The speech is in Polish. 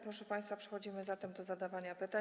Proszę państwa, przechodzimy zatem do zadawania pytań.